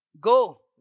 Go